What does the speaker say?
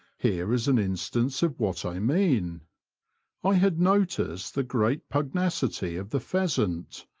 here is an instance of what i mean i had noticed the great pug nacity of the pheasant,